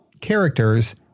characters